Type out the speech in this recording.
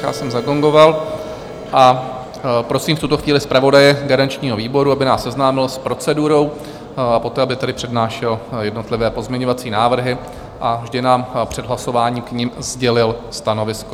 Já jsem zagongoval a prosím v tuto chvíli zpravodaje garančního výboru, aby nás seznámil s procedurou a poté aby tedy přednášel jednotlivé pozměňovací návrhy a vždy nám před hlasováním k nim sdělil stanovisko.